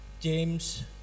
james